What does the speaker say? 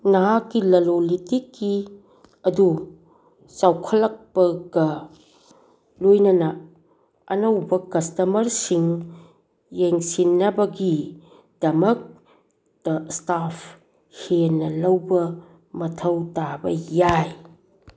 ꯅꯍꯥꯛꯀꯤ ꯂꯂꯣꯟ ꯏꯇꯤꯛꯀꯤ ꯑꯗꯨ ꯆꯥꯎꯈꯠꯂꯛꯄꯒ ꯂꯣꯏꯅꯅ ꯑꯅꯧꯕ ꯀꯁꯇꯃꯔꯁꯤꯡ ꯌꯦꯡꯁꯤꯟꯅꯕꯒꯤꯗꯃꯛꯇ ꯏꯁꯇꯥꯐ ꯍꯦꯟꯅ ꯂꯧꯕ ꯃꯊꯧ ꯇꯥꯕ ꯌꯥꯏ